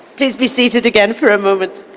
please be seated again for a moment.